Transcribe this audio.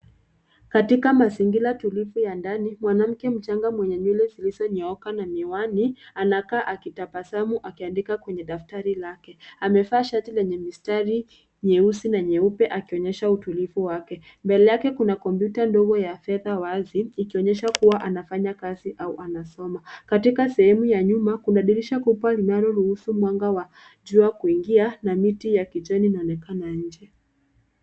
Katika mazingira tulivu ya ndani, mwanamke mchanga mwenye nywele zilizonyooka na miwani anakaa akitabasamu akiandika kwenye daftari lake. Amevaa shati lenye mistari nyeusi na nyeupe akionyesha utulivu wake. Mbele yake kuna kompyuta ndogo ya fedha wazi. Ikionyesha kuwa anafanya kazi au anasoma. Katika sehemu ya nyuma kuna dirisha kubwa linaloruhusu mwanga wa jua kuingia na miti ya kijani inaonekana nje.